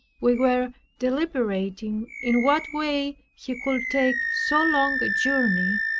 we were deliberating in what way he could take so long a journey,